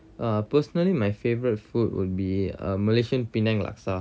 uh personally my favourite food will be malaysian penang laksa